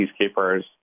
peacekeepers